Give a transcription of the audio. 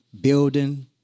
building